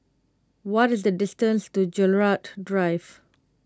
what is the distance to Gerald Drive